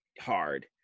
hard